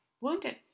wounded